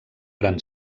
gran